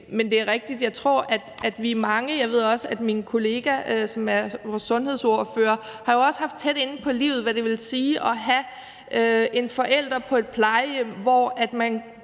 kan overkomme. Men jeg tror, vi er mange – og jeg ved også, at min kollega, som er sundhedsordfører, jo også har haft det tæt inde på livet – der ved, hvad det vil sige at have en forælder på et plejehjem, hvor man